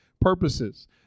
purposes